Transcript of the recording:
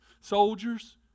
soldiers